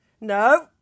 No